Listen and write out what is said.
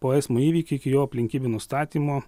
po eismo įvykiį iki jo aplinkybių nustatymo